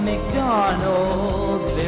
McDonald's